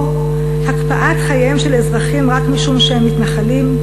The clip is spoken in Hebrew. או הקפאת חייהם של האזרחים רק משום שהם מתנחלים,